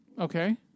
Okay